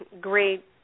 great